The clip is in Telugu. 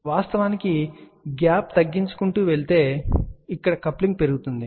కాబట్టి వాస్తవానికి గ్యాప్ తగ్గించుకుంటూ వెళితే ఇక్కడ కప్లింగ్ పెరుగుతుంది